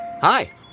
Hi